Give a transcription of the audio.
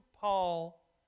Paul